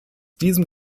diesem